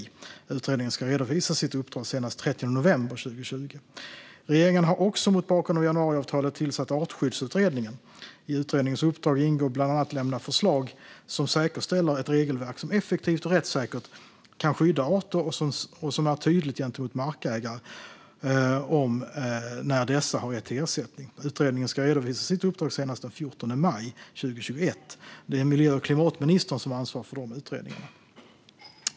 Utredningen ska redovisa sitt uppdrag senast den 30 november 2020. Regeringen har också mot bakgrund av januariavtalet tillsatt Artskyddsutredningen. I utredningens uppdrag ingår bland annat att lämna förslag som säkerställer ett regelverk som effektivt och rättssäkert kan skydda arter och som är tydligt gentemot markägare gällande när dessa har rätt till ersättning. Utredningen ska redovisa sitt uppdrag senast den 14 maj 2021. Det är miljö och klimatministern som ansvarar för dessa utredningar.